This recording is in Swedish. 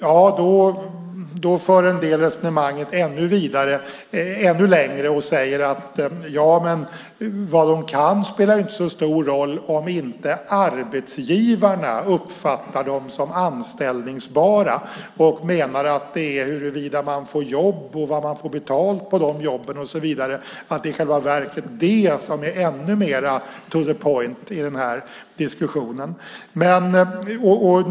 En del för resonemanget ännu längre och säger att vad de kan inte spelar så stor roll om inte arbetsgivarna uppfattar dem som anställningsbara. De menar att det är huruvida man får jobb och vad man får betalt på de jobben som är ännu mer to the point i diskussionen.